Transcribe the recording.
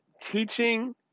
teaching